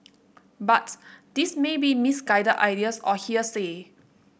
but these may be misguided ideas or hearsay